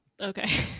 Okay